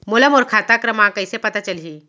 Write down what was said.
मोला मोर खाता क्रमाँक कइसे पता चलही?